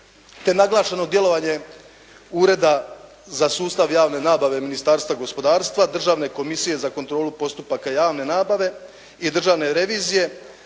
naglašeno djelovanje Ureda za sustav javne nabave Ministarstva gospodarstva, Državne komisije za kontrolu postupka javne nabave i Državne revizije,